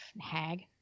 Hag